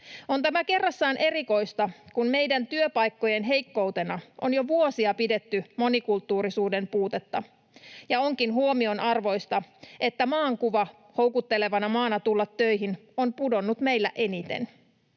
On tämä kerrassaan erikoista, kun meidän työpaikkojen heikkoutena on jo vuosia pidetty monikulttuurisuuden puutetta. Ja onkin huomionarvoista, että maan kuva houkuttelevana maana tulla töihin on pudonnut meillä eniten.